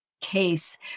case